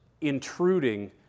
intruding